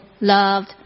loved